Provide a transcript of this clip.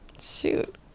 shoot